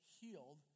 healed